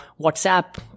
WhatsApp